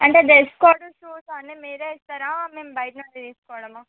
అంటే dress code shoes అన్నీ మీరే ఇస్తారా మేము బయట నుండి తీసుకోవడమా